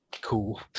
Cool